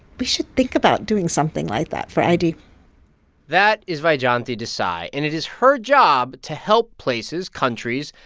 we should think about doing something like that for id that is vyjayanti desai, and it is her job to help places, countries,